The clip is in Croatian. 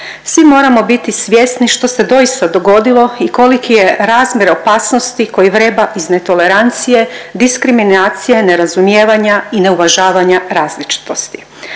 Svi moramo biti svjesni što se doista dogodilo i koliki je razmjer opasnosti koji vreba iz netolerancije, diskriminacije, nerazumijevanja i neuvažavanja različitosti.